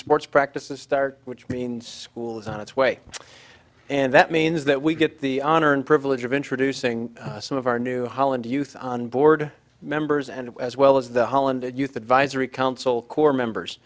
sports practices start which means school is on its way and that means that we get the honor and privilege of introducing some of our new holland youth on board members and as well as the holland youth advisory council cor